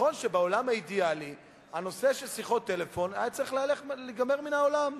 נכון שבעולם האידיאלי הנושא של שיחות טלפון היה צריך להיגמר מן העולם,